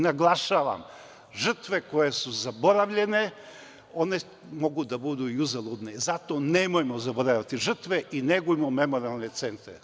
Naglašavam, žrtve koje su zaboravljene one mogu da budu i uzaludne, zato nemojmo zaboravljati žrtve, negujmo memorijalne centre.